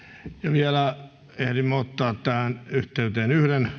vielä ehdimme ottaa tähän yhteyteen